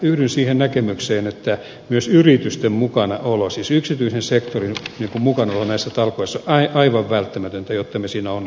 yhdyn siihen näkemykseen että myös yritysten mukanaolo siis yksityisen sektorin mukanaolo näissä talkoissa on aivan välttämätöntä jotta me siinä onnistumme